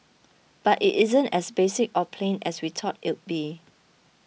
but it isn't as basic or plain as we thought it'd be